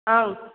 ꯑꯪ